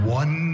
one